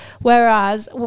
Whereas